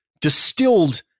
distilled